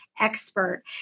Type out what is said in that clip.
expert